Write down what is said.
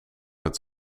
met